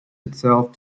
itself